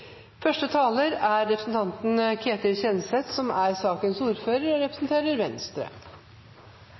Første taler er representanten Une Aina Bastholm for Rasmus Hansson, som er sakens ordfører.